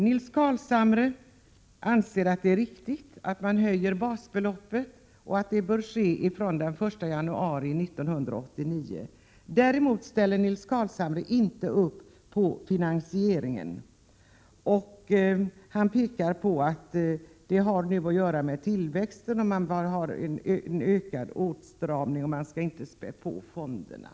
Nils Carlshamre anser att det är riktigt att höja basbeloppet och att det bör ske från den 1 januari 1989. Däremot ställer Nils Carlshamre inte upp på finansieringen. Han menar att det har att göra med tillväxten och med en ökad åtstramning och säger att man inte skall späda på fonderna.